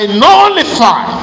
nullify